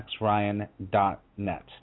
maxryan.net